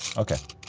ok.